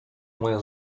moja